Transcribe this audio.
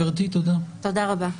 תודה רבה.